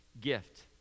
gift